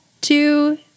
Two